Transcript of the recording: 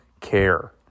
care